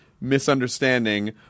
misunderstanding